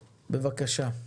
בבקשה.